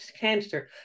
cancer